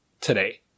today